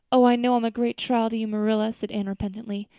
oh, i know i'm a great trial to you, marilla, said anne repentantly.